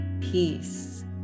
peace